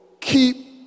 keep